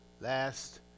last